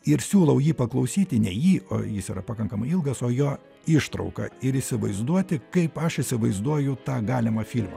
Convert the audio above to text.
ir siūlau jį paklausyti ne jį o jis yra pakankamai ilgas o jo ištrauką ir įsivaizduoti kaip aš įsivaizduoju tą galimą filmą